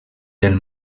del